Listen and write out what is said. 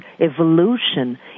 evolution